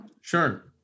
Sure